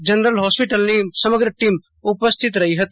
general ફોસ્પિટલની સમગ્ર team ઉપસ્થિત રહી હતી